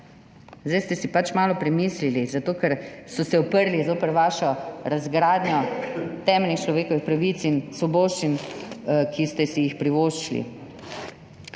Zdaj ste si pač malo premislili, zato ker so se uprli zoper vašo razgradnjo temeljnih človekovih pravic in svoboščin, ki ste si jo privoščili.